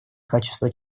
качества